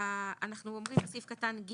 לאחר שהודיע בכתב לזכאי", ואנחנו אומרים בסעיף (ג)